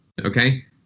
okay